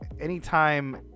anytime